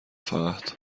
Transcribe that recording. فقط